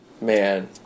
man